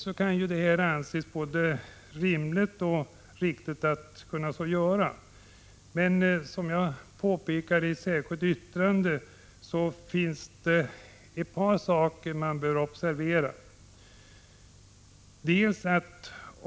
I sig kan detta anses både rimligt och riktigt, men det finns, som jag har påpekat i det särskilda yttrandet, två saker som bör observeras.